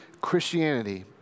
Christianity